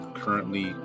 currently